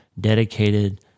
dedicated